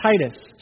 Titus